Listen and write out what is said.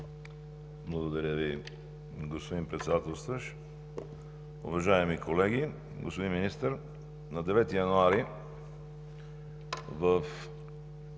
Благодаря Ви, господин Председателстващ. Уважаеми колеги! Господин Министър, на 9 януари 2020